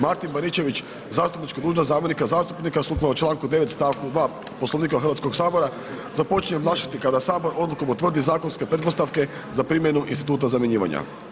Martin Baričević zastupničku dužnost zamjenika zastupnika sukladno članku 9., stavku 2. Poslovnika Hrvatskog sabora započinje obnašati kada Sabor Odlukom utvrdi zakonske pretpostavke za primjenu instituta zamjenjivanja.